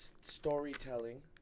storytelling